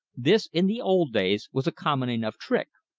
this in the old days was a common enough trick.